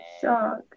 shock